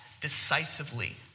decisively